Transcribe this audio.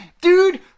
Dude